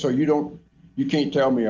so you don't you can tell me